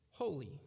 Holy